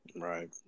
Right